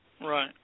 Right